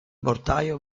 mortaio